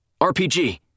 RPG